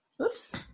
Oops